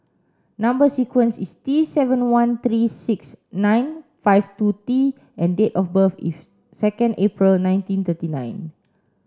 number sequence is T seven one three six nine five two T and date of birth is second April nineteen thirty nine